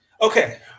okay